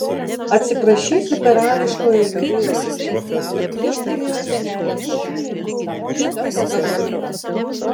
atsiprašysiu karališkojo virėjo už tai kad kyštelėjau senelės šuniui tą pašteto gabaliuką